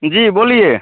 जी बोलिए